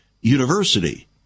University